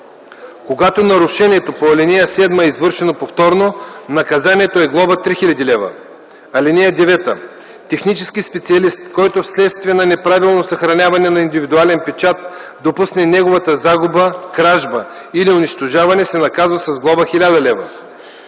Когато нарушението по ал. 7 е извършено повторно, наказанието е глоба 3000 лв. (9) Технически специалист, който вследствие на неправилно съхраняване на индивидуален печат допусне неговата загуба, кражба или унищожаване, се наказва с глоба 1000 лв.